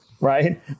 Right